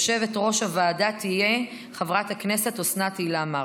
יושבת-ראש הוועדה תהיה חברת הכנסת אוסנת הילה מארק.